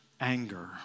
anger